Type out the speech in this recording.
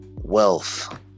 Wealth